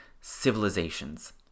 civilizations